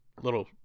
little